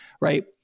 right